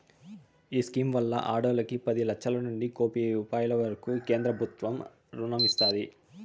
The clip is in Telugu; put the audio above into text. ఈ స్కీమ్ వల్ల ఈ ఆడోల్లకి పది లచ్చలనుంచి కోపి రూపాయిల వరకూ కేంద్రబుత్వం రుణం ఇస్తాది